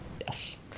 Yes